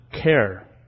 care